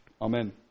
Amen